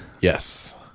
yes